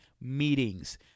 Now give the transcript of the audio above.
meetings